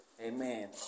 Amen